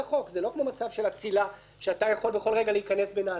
זה לא כמו מצב של אצילה שאתה יכול בכל רגע להיכנס בנעלי הנאצל.